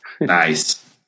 nice